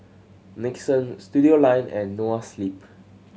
Nixon Studioline and Noa Sleep